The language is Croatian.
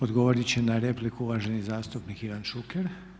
Odgovorit će na repliku uvaženi zastupnik Ivan Šuker.